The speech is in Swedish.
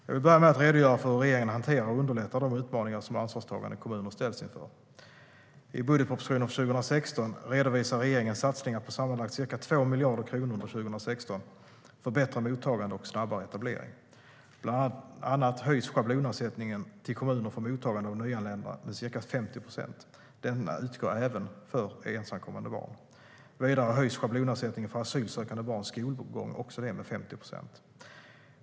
Jag vill börja med att redogöra för hur regeringen hanterar och underlättar de utmaningar som ansvarstagande kommuner ställs inför. I budgetpropositionen för 2016 redovisar regeringen satsningar på sammanlagt ca 2 miljarder kronor under 2016 för bättre mottagande och snabbare etablering. Bland annat höjs schablonersättningen till kommuner för mottagande av nyanlända med ca 50 procent. Denna ersättning utgår även för ensamkommande barn. Vidare höjs schablonersättningen för asylsökande barns skolgång, också det med 50 procent.